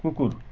कुकुर